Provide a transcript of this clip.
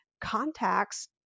contacts